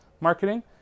marketing